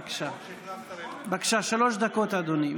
בבקשה, שלוש דקות, אדוני.